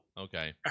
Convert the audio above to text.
Okay